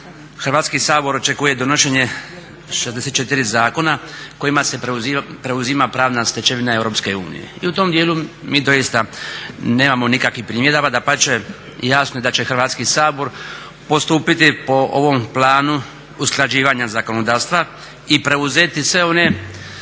Hrvatski sabor očekuje donošenje 64 zakona kojima se preuzima pravna stečevina Europske unije i u tom dijelu mi doista nemamo nikakvih primjedaba. Dapače, jasno je da će Hrvatski sabor postupiti po ovom Planu usklađivanja zakonodavstva i preuzeti sve one